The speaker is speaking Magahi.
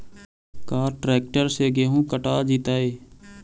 का ट्रैक्टर से गेहूं कटा जितै?